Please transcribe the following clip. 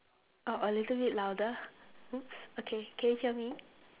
oh a little bit louder !oops! okay can you hear me